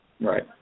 Right